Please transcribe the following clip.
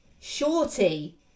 shorty